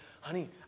honey